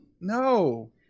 no